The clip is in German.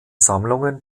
sammlungen